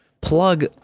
plug